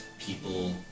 people